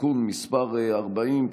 (תיקון מס' 40),